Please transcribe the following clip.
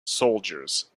soldiers